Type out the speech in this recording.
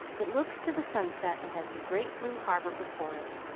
it looks to the sunset and has the great blue harbor before it.